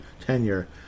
tenure